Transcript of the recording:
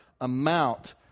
amount